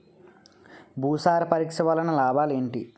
భూసార పరీక్ష వలన లాభాలు ఏంటి?